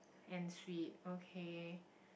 and sweet okay